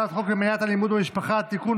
הצעת חוק למניעת אלימות במשפחה (תיקון,